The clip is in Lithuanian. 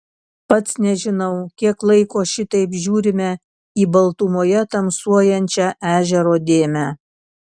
pats nežinau kiek laiko šitaip žiūrime į baltumoje tamsuojančią ežero dėmę